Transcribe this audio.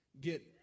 get